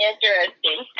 Interesting